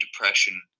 depression